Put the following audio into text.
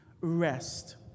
rest